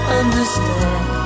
understand